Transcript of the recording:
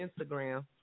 Instagram